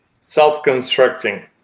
self-constructing